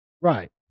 Right